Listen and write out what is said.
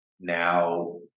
now